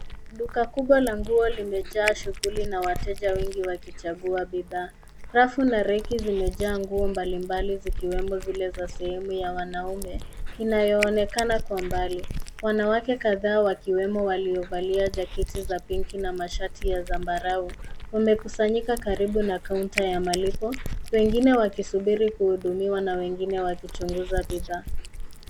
Duka kubwa la nguo limejaa shughuli na wateja wengi wakichagua bidhaa. Rafu na reki zimejaa nguo mbalimbali zikiwemo zile za sehemu ya wanaume inayoonekana kwa mbali. Wanawake kadhaa wakiwemo waliovalia jaketi za pinki na mashati ya zambarau wamekusanyika karibu na kaunta ya malipo, wengine wakisubiri kuhudumiwa na wengine wakichunguza bidhaa.